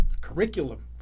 curriculum